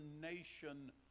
nation